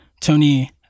Tony